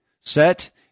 Set